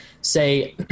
say